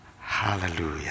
Hallelujah